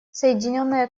соединенное